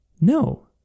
No